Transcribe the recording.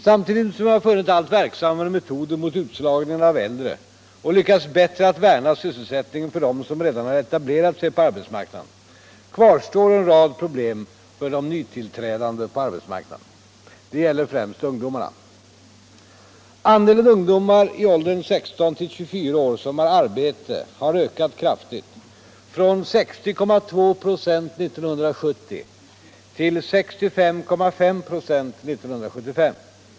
Samtidigt som vi har funnit allt verksammare metoder mot utslagningen av äldre och lyckats bättre att värna sysselsättningen för dem som redan har etablerat sig på arbetsmarknaden, kvarstår en rad problem för de nytillträdande på arbetsmarknaden. Det gäller främst ungdomarna. Andelen ungdomar i åldern 16-24 år som har arbete har ökat kraftigt, från 60,2 26 1970 till 65,5 96 1975.